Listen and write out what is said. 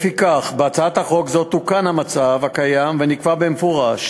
לפיכך, בהצעת חוק זו תוקן המצב הקיים ונקבע במפורש